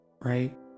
right